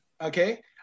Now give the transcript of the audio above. Okay